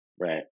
right